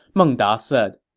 meng da said,